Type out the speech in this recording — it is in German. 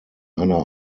einer